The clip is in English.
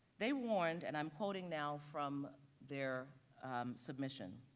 they warned and i'm quoting now from their submission.